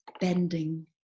bending